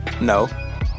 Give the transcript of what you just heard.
no